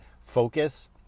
focus